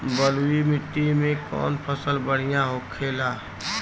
बलुई मिट्टी में कौन फसल बढ़ियां होखे ला?